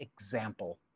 example